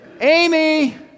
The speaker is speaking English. Amy